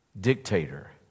dictator